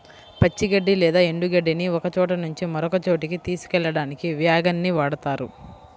పచ్చి గడ్డి లేదా ఎండు గడ్డిని ఒకచోట నుంచి మరొక చోటుకి తీసుకెళ్ళడానికి వ్యాగన్ ని వాడుతారు